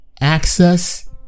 access